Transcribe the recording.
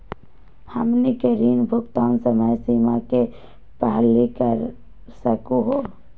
हमनी के ऋण भुगतान समय सीमा के पहलही कर सकू हो?